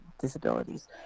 disabilities